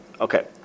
Okay